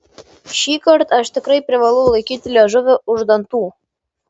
šįkart aš tikrai privalau laikyti liežuvį už dantų